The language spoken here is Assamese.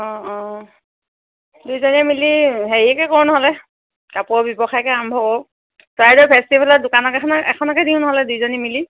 অঁ অঁ দুইজনীয়ে মিলি হেৰিয়কে কৰোঁ নহ'লে কাপোৰ ব্যৱসায়কে আৰম্ভ কৰোঁ চৰাইদেউ ফেষ্টিভেলৰ দোকানক এখন এখনকে দিওঁ নহ'লে দুইজনী মিলি